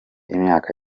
imyaka